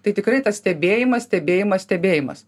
tai tikrai tas stebėjimas stebėjimas stebėjimas